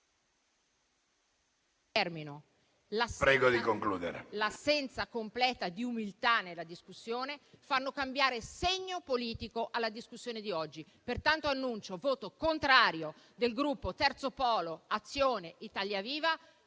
prego di concludere.